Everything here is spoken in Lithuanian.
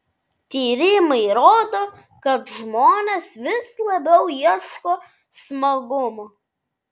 tyrimai rodo kad žmonės vis labiau ieško smagumo